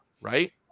Right